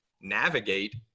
navigate